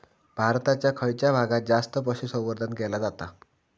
भारताच्या खयच्या भागात जास्त पशुसंवर्धन केला जाता?